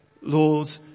Lord